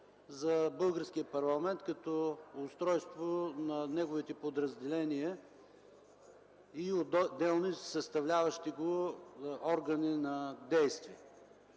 за българския парламент като устройство на неговите подразделения, съставляващи органи на действия.